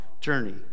journey